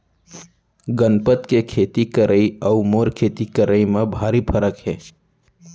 गनपत के खेती करई अउ मोर खेती करई म भारी फरक हे